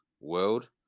world